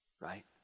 right